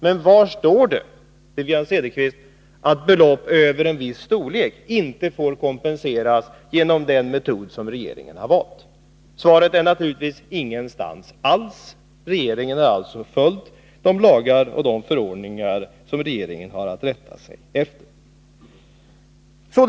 Men var står det, Wivi-Anne Cederqvist, att belopp över en viss storlek inte får kompenseras genom den metod som regeringen har valt? Svaret är naturligtvis ingenstans. Regeringen har alltså följt de lagar och förordningar som regeringen har att rätta sig efter.